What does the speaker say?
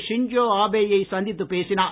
Shinzo Abe யை சந்தித்து பேசினார்